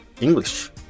English